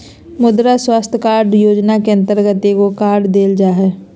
मुद्रा स्वास्थ कार्ड योजना के अंतर्गत एगो कार्ड देल जा हइ